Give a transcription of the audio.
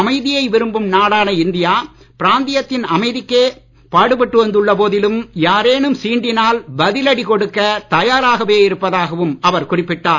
அமைதியை விரும்பும் நாடான இந்தியா பிராந்தியத்தின் அமைதிக்கே பாடுபட்டு வந்துள்ள போதிலும் யாரேனும் சீண்டினால் பதிலடி கொடுக்க தயாராகவே இருப்பதாகவும் அவர் குறிப்பிட்டார்